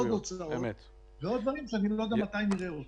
עוד הוצאות ועוד דברים שאני לא יודע מתי נראה אותם.